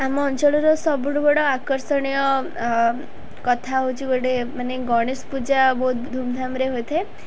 ଆମ ଅଞ୍ଚଳର ସବୁଠୁ ବଡ଼ ଆକର୍ଷଣୀୟ କଥା ହେଉଛି ଗୋଟେ ମାନେ ଗଣେଶ ପୂଜା ବହୁତ ଧୁମଧାମରେ ହୋଇଥାଏ